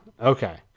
Okay